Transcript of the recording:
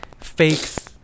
fakes